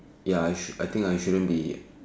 ya I should I think I shouldn't be